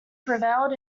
prevailed